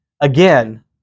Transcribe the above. again